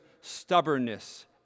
stubbornness